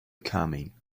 coming